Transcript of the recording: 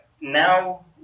now